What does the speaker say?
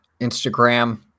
Instagram